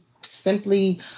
simply